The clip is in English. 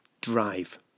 drive